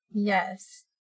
Yes